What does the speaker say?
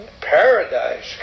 Paradise